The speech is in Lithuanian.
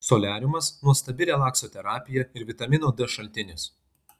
soliariumas nuostabi relakso terapija ir vitamino d šaltinis